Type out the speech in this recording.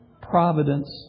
providence